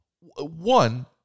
one